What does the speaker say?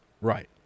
Right